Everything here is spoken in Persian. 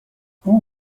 اون